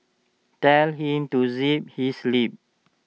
tell him to zip his lip